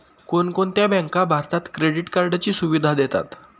कोणकोणत्या बँका भारतात क्रेडिट कार्डची सुविधा देतात?